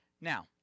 Now